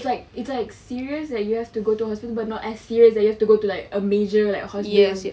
it's like it's like serious that you have to go to hospital but not as serious you have to go to a like major hospital gitu